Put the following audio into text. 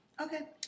Okay